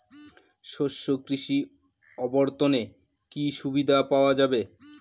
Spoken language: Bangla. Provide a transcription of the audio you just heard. শস্য কৃষি অবর্তনে কি সুবিধা পাওয়া যাবে?